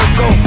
go